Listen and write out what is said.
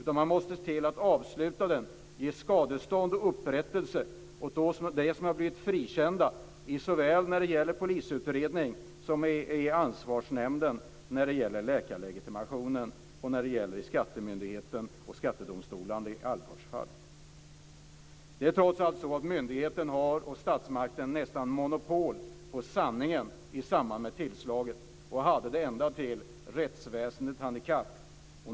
Man måste se till att avsluta den och ge skadestånd och upprättelse åt dem som blivit frikända såväl i polisutredning och i ansvarsnämnd när det gäller läkarlegitimationen, som i skattemyndighet och skattedomstol i Alvgards fall. Det är trots allt så att myndigheten och statsmakten nästan har monopol på sanningen i samband med tillslaget och att man hade det ända till dess att rättsväsendet hann i kapp.